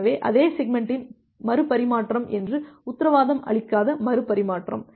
எனவே அதே செக்மெண்ட்டின் மறுபரிமாற்றம் என்று உத்தரவாதம் அளிக்காத மறுபரிமாற்றம்